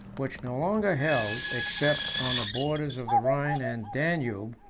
which no longer held, except on the borders of the rhine and danube,